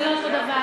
זה לא אותו הדבר,